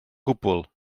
gwbl